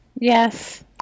Yes